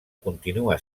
continua